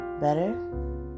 better